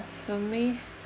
for me